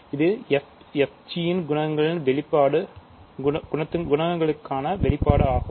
இது f g இன் குணகத்திற்கான வெளிப்பாடு ஆகும்